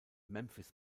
memphis